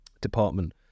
department